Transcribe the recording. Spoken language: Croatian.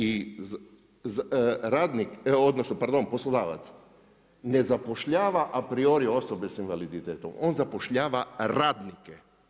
I radnik, odnosno, pardon poslodavac, ne zapošljava a priori osobe sa invaliditetom, on zapošljava radnike.